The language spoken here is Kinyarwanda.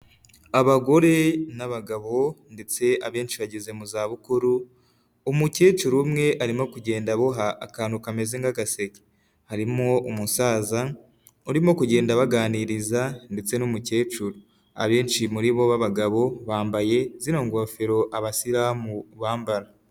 Abagore n'abagabo ndetse abenshi bageze mu za bukuru. Umukecuru umwe arimo kugenda aboha akantu kameze nk'agaseke, harimo umusaza urimo kugenda baganiriza ndetse n'umukecuru, abenshi muri bo babagabo bambaye zino ngofero Abasilamu bambara.